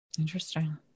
Interesting